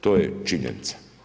To je činjenica.